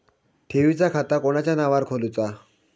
ठेवीचा खाता कोणाच्या नावार खोलूचा?